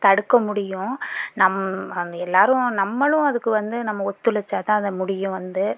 தடுக்க முடியும் நம் அந்த எல்லாரும் நம்மளும் அதுக்கு வந்து நம்ம ஒத்துழைச்சாதான் அது முடியும் வந்து